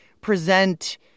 present